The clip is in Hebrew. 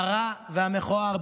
הרע והמכוער",